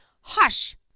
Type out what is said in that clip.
Hush